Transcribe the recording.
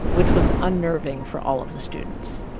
which was unnerving for all of the students.